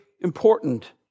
important